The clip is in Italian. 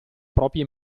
propria